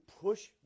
push